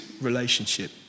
relationship